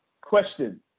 question